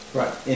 right